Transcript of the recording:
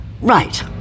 Right